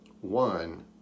One